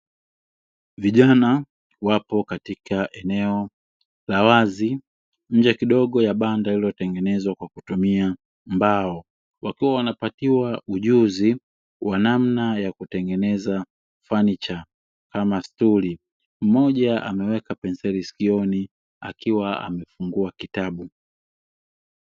Vijana wapo katika eneo la wazi nje kidogo ya banda lililotengenezwa kwa kutumia mbao, wakiwa wanapatiwa ujuzi wa namna ya kutengeneza fanicha kama stuli. Mmoja ameweka penseli sikioni, akiwa ameshikilia kitabu.